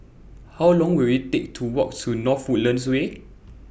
How Long Will IT Take to Walk to North Woodlands Way